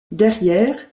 derrière